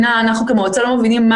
אנחנו כמועצה לשלום הילד לא מבינים מה